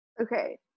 Okay